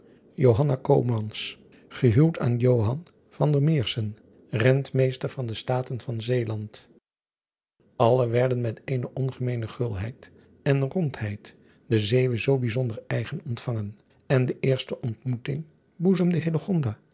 gehuwd aan entmeester van de taten van eeland lle werden met eene ongemeene gulheid en rondheid den eeuwen zoo bijzonder eigen ontvangen en de eerste ontmoeting boezemde